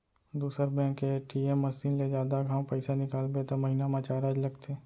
दूसर बेंक के ATM machine ले जादा घांव पइसा निकालबे त महिना म चारज लगथे